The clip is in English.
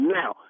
now